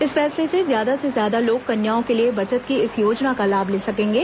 इस फैसले से ज्यादा से ज्यादा लोग कन्याओं के लिए बचत की इस योजना का लाभ ले सकेंगे